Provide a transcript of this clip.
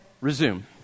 Resume